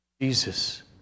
Jesus